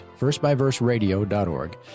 firstbyverseradio.org